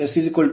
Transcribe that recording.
ಆದ್ದರಿಂದ s0